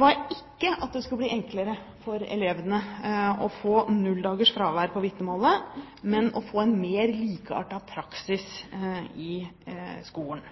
var ikke at det skulle bli enklere for elevene å få null dager fravær på vitnemålet, men å få en mer likeartet praksis i skolen.